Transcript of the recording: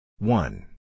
One